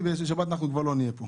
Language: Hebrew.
כי בשבת כבר לא נהיה פה.